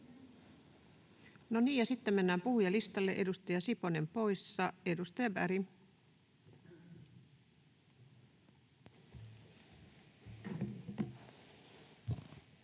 sitten mennään puhujalistalle. Edustaja Siponen poissa. — Edustaja Berg.